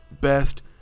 best